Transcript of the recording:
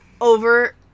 over